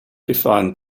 defined